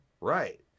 Right